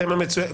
אתם מצוינים.